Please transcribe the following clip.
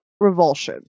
revulsion